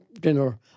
dinner